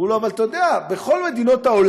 אמרו לו: אתה יודע, בכל מדינות העולם,